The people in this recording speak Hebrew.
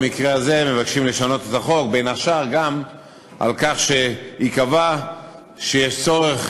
במקרה הזה מבקשים לשנות את החוק בין השאר כך שייקבע שיש צורך